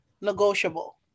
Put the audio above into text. negotiable